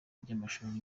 by’amashuri